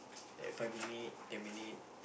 that five minute ten minute